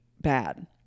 bad